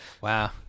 Wow